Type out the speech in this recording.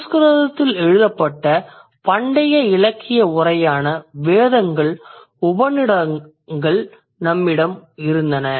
சமஸ்கிருதத்தில் எழுதப்பட்ட பண்டைய இலக்கிய உரையான வேதங்கள் நம்மிடம் இருந்தன